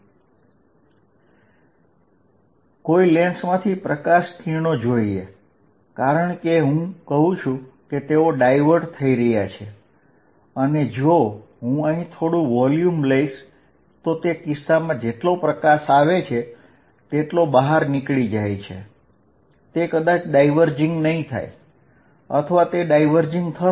ચાલો કોઈ લેન્સમાંથી પ્રકાશ કિરણો જોઈએ કારણ કે હું કહું છું કે તેઓ ડાયવર્ટ થઈ રહ્યા છે અને જો હું અહીં થોડું કદમોબાઇલ તો તે કિસ્સામાં જેટલો પ્રકાશ આવે છે તેટલો બહાર નીકળી જાય છે તે કદાચ ડાઇવર્જિંગ નહીં થાય અથવા તે ડાઇવર્જિંગ થશે